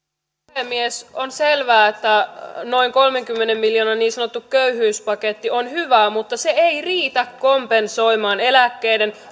puhemies on selvää että noin kolmenkymmenen miljoonan niin sanottu köyhyyspaketti on hyvä mutta se ei riitä kompensoimaan eläkkeiden